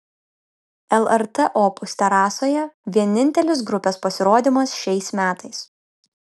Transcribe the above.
lrt opus terasoje vienintelis grupės pasirodymas šiais metais